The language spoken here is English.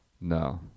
No